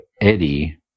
Eddie